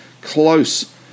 close